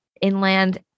inland